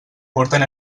portar